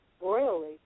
royally